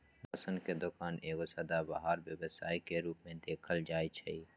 ration के दोकान एगो सदाबहार व्यवसाय के रूप में देखल जाइ छइ